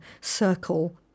circle